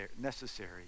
necessary